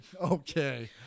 Okay